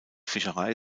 fischerei